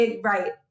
right